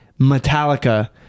Metallica